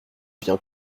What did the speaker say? vient